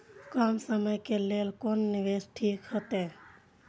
कम समय के लेल कोन निवेश ठीक होते?